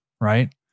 right